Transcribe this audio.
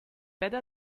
better